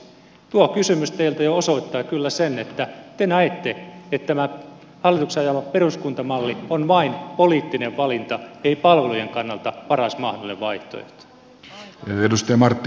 tuo kysymys teiltä jo osoittaa kyllä sen että te näette että tämä hallituksen ajama peruskuntamalli on vain poliittinen valinta ei palvelujen kannalta paras mahdollinen vaihtoehto